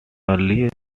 earlier